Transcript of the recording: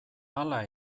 hala